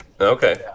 okay